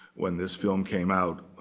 when this film came out,